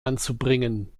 anzubringen